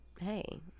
hey